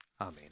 Amen